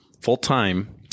full-time